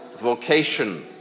vocation